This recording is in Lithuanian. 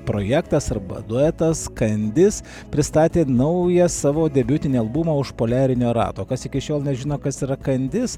projektas arba duetas kandis pristatė naują savo debiutinį albumą už poliarinio rato kas iki šiol nežino kas yra kandis